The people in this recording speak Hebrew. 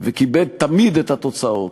וכיבד תמיד את התוצאות: